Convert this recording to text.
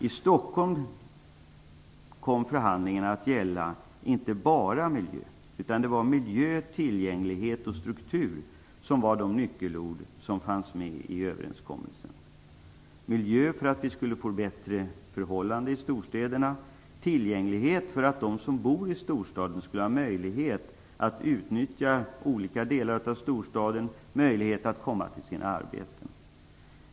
I Stockholm kom förhandlingarna att gälla inte bara miljö, utan det var miljö, tillgänglighet och struktur som var de nyckelord som fanns med i överenskommelsen. Miljö var nyckelordet för att vi skulle få bättre förhållande i storstäderna. Tillgänglighet var nyckelordet för att de som bor i storstäderna skulle ha möjlighet att utnyttja olika delar av storstaden och möjlighet att komma till sina arbeten.